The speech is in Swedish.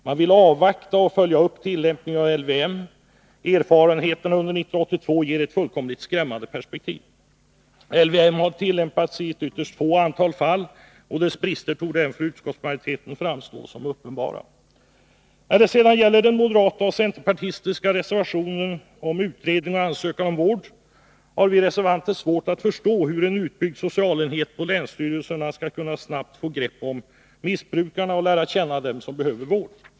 Man vill avvakta och följa upp tillämpningen av LVM. Erfarenheterna under 1982 ger ett fullkomligt skrämmande perspektiv. LVM har tillämpats i ett ytterst litet antal fall, och dess brister torde även för utskottsmajoriteten framstå som uppenbara. När det sedan gäller den moderata och centerpartistiska reservationen om utredning och ansökan om vård vill jag säga att vi reservanter har svårt att förstå hur man genom en utbyggd socialenhet på länsstyrelserna skall kunna snabbt få grepp om missbrukarna och lära känna dem som behöver vård.